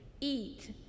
eat